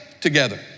together